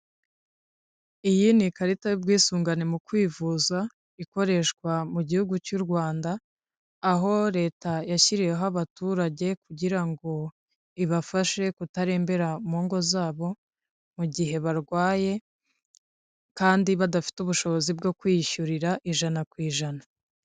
Iyi ni ikarita y'ubwisungane mu kwivuza ikoreshwa mu gihugu cy'u Rwanda, aho leta yashyiriweho abaturage kugira ngo ibafashe kutarembera mu ngo zabo mu gihe barwaye kandi badafite ubushobozi bwo kwishyurira ijana ku ijana.